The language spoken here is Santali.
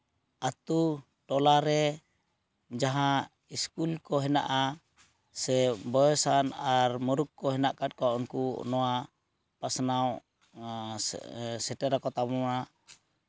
ᱟᱹᱛᱩ ᱴᱚᱞᱟᱨᱮ ᱡᱟᱦᱟᱸ ᱤᱥᱠᱩᱞ ᱠᱚ ᱦᱮᱱᱟᱜᱼᱟ ᱥᱮ ᱵᱚᱭᱚᱥᱟᱱ ᱟᱨ ᱢᱩᱨᱩᱠ ᱠᱚ ᱦᱮᱱᱟᱜ ᱟᱠᱟᱫ ᱠᱚᱣᱟ ᱩᱱᱠᱩ ᱱᱚᱣᱟ ᱯᱟᱥᱱᱟᱣ ᱥᱮᱴᱮᱨ ᱟᱠᱚ ᱛᱟᱵᱚᱱᱟ